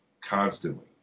constantly